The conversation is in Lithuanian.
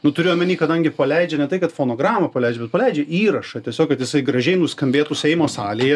nu turiu omeny kadangi paleidžia ne tai kad fonogramą paleidžia bet paleidžia įrašą tiesiog kad jisai gražiai nuskambėtų seimo salėje